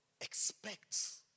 expects